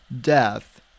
death